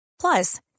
Plus